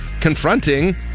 confronting